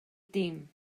dim